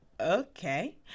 okay